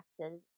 taxes